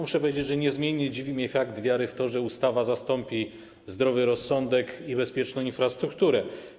Muszę powiedzieć, że niezmiennie dziwi mnie fakt wiary w to, że ustawa zastąpi zdrowy rozsądek i bezpieczną infrastrukturę.